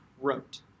wrote